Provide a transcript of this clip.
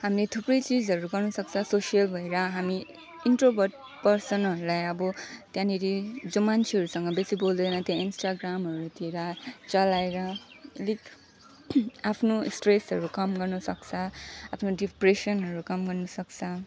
हामीले थुप्रै चिजहरू गर्नु सक्छ सोसियल भएर हामी इन्ट्रोभर्ट पर्सनहरूलाई अब त्यहाँनेरि जो मान्छेहरूसँग बेसी बोल्दैन त्यहाँ इन्स्ट्राग्रामहरूतिर चलाएर अलिक आफ्नो स्ट्रेसहरू कम गर्नु सक्छ आफ्नो डिप्रेसनहरू कम गर्नु सक्छ